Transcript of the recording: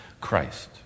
Christ